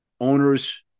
owners